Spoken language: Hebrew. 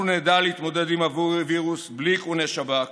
אנחנו נדע להתמודד עם הווירוס בלי איכוני שב"כ.